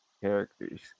characters